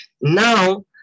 Now